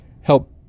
help